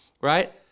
right